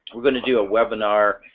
we're going to do a webinar